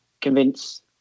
convince